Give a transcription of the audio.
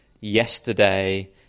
Yesterday